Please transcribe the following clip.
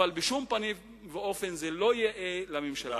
אבל בשום פנים ואופן לא יאה לממשלה.